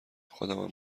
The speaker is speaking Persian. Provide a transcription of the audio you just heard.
خودمم